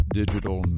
digital